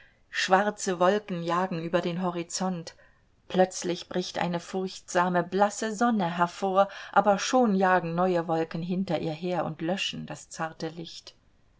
schwarze wolken jagen über den horizont plötzlich bricht eine furchtsame blasse sonne hervor aber schon jagen neue wolken hinter ihr her und löschen das zarte licht